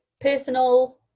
personal